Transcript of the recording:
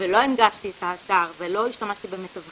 ולא הנגשתי את האתר ולא השתמשתי במתווכים,